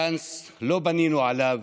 גנץ, לא בנינו עליו,